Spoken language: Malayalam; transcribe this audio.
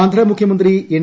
ആന്ധ്രാമുഖ്യമന്ത്രി എൻ